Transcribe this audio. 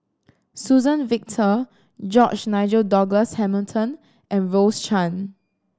Suzann Victor George Nigel Douglas Hamilton and Rose Chan